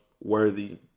worthy